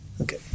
okay